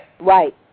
Right